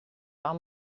are